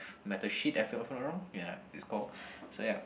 metal sheet if if I'm not wrong ya is called so ya